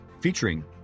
featuring